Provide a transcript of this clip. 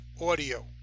audio